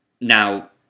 Now